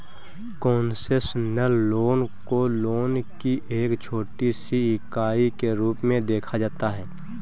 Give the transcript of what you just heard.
concessional loan को loan की एक छोटी सी इकाई के रूप में देखा जाता है